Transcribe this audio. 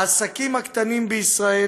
העסקים הקטנים בישראל